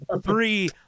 Three